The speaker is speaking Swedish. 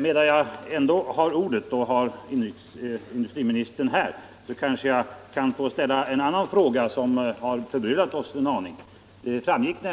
Medan jag ändå har ordet och industriministern är närvarande i kammaren kanske jag kan få ställa en annan fråga, som har förbryllat oss en aning. Att